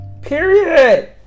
Period